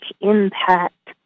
impact